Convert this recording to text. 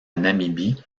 namibie